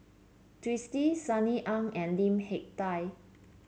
Twisstii Sunny Ang and Lim Hak Tai